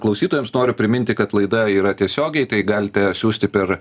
klausytojams noriu priminti kad laida yra tiesiogiai tai galite siųsti per